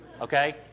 okay